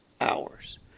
hours